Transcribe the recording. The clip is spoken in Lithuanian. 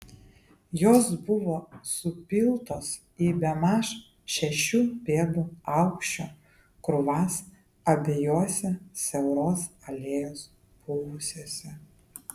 jos buvo supiltos į bemaž šešių pėdų aukščio krūvas abiejose siauros alėjos pusėse